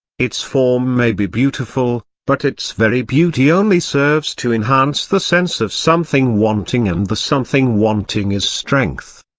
its form may be beautiful, but its very beauty only serves to enhance the sense of something wanting and the something wanting is strength.